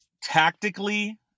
tactically